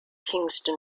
kingston